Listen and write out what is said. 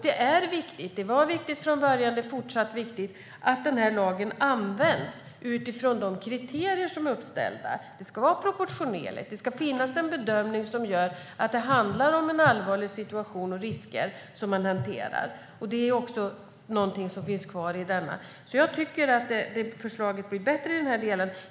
Det är viktigt - det var det från början och är det fortfarande - att lagen används utifrån de kriterier som är uppställda. Det ska vara proportionerligt, och det ska finnas en bedömning som gör att det handlar om allvarliga situationer och risker som man hanterar. Detta finns kvar, och jag tycker att förslaget är bättre i den delen.